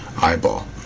eyeball